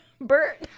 Bert